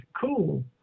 cool